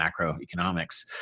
macroeconomics